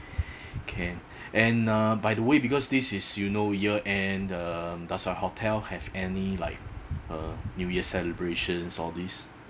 can and uh by the way because this is you know year end um does your hotel have any like uh new year celebrations all these